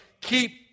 keep